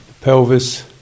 pelvis